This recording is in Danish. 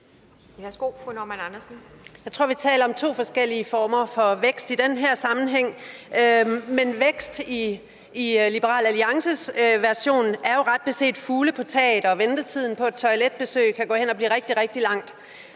her sammenhæng taler om to forskellige former for vækst. Vækst i Liberal Alliances version er jo ret beset fugle på taget, og ventetiden på et toiletbesøg kan gå hen og blive rigtig, rigtig lang.